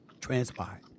transpired